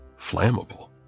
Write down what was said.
Flammable